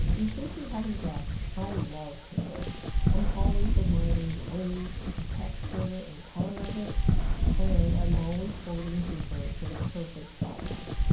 in case you haven't guessed, i love paper i'm always admiring the weight and texture and color of it and i'm always hoarding paper for the perfect project.